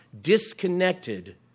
disconnected